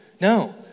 No